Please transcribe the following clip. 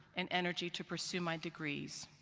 and energy to pursue my degrees.